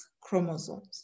chromosomes